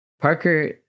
Parker